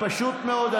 פשוט מאוד.